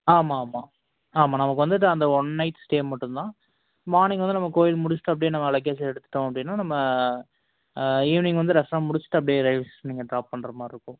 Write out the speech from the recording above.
ஆ ஆமாம் ஆமாம் ஆமாம் நமக்கு வந்துட்டு அந்த ஒன் நைட் ஸ்டே மட்டுந்தான் மார்னிங் வந்து நம்ம கோயில் முடிச்சுட்டு அப்டி நம்ம லக்கேஜ்லாம் எடுத்துட்டோம் அப்படின்னா நம்ம ஈவினிங் வந்து ரெஸ்ட்டாரெண்ட் முடிச்சுட்டு அப்டி ரயில்வே ஸ்டேஷன் நீங்கள் ட்ராப் பண்ணுற மாதிரி இருக்கும்